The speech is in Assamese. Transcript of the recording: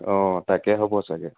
অঁ তাকে হ'ব চাগৈ